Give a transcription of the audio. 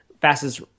fastest